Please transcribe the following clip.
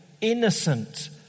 innocent